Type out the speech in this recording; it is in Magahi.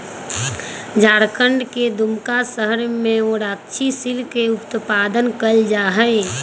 झारखंड के दुमका शहर में मयूराक्षी सिल्क के उत्पादन कइल जाहई